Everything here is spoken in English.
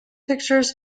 pictures